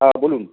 হ্যাঁ বলুন